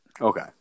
Okay